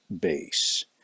base